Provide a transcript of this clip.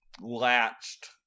latched